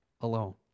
alone